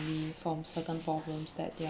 from certain problems that they are